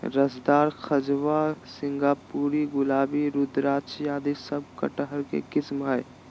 रसदार, खजवा, सिंगापुरी, गुलाबी, रुद्राक्षी आदि सब कटहल के किस्म हय